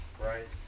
Right